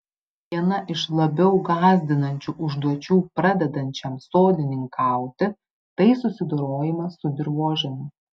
viena iš labiau gąsdinančių užduočių pradedančiam sodininkauti tai susidorojimas su dirvožemiu